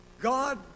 God